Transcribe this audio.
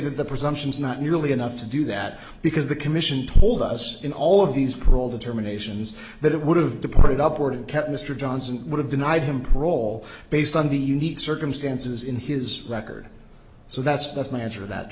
that the presumption is not nearly enough to do that because the commission told us in all of these parole determinations that it would have departed upward and kept mr johnson would have denied him parole based on the unique circumstances in his record so that's that's my answer that